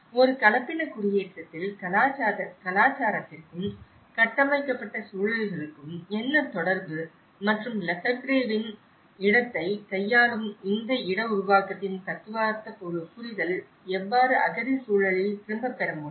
ஒரு கலப்பின குடியேற்றத்தில் கலாச்சாரத்திற்கும் கட்டமைக்கப்பட்ட சூழல்களுக்கும் என்ன தொடர்பு மற்றும் லெஃபெவ்ரேவின் இடத்தை கையாளும் இந்த இட உருவாக்கத்தின் தத்துவார்த்த புரிதல் எவ்வாறு அகதி சூழலில் திரும்பப் பெற முடியும்